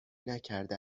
نکرده